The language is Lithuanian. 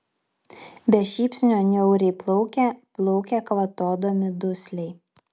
be šypsnio niauriai plaukia plaukia kvatodami dusliai